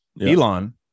Elon